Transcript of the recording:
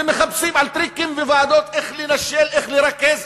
ומחפשים טריקים וועדות איך לרכז,